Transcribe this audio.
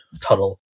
tunnel